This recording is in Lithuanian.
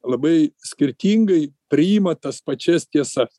labai skirtingai priima tas pačias tiesas